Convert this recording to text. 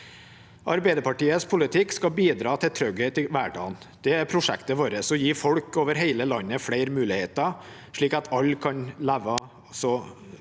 Arbeiderpartiets politikk skal bidra til trygghet i hverdagen. Det er vårt prosjekt å gi folk over hele landet flere muligheter, slik at alle kan leve et så